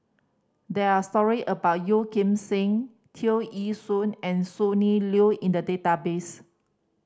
there're story about Yeo Kim Seng Tear Ee Soon and Sonny Liew in the database